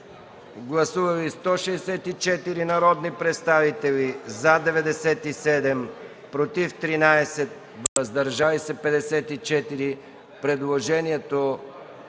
Гласували 71 народни представители: за 65, против 1, въздържали се 5. Предложението